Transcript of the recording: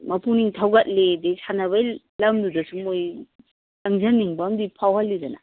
ꯃꯄꯨꯛꯅꯤꯡ ꯊꯧꯒꯠꯂꯤ ꯑꯗꯒꯤ ꯁꯥꯟꯅꯕꯒꯤ ꯂꯝꯗꯨꯗꯁꯨ ꯃꯣꯏ ꯆꯪꯁꯤꯟꯅꯤꯡꯕ ꯑꯃꯗꯤ ꯐꯥꯎꯍꯜꯂꯤꯗꯅ